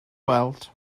weld